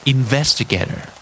Investigator